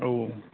औ औ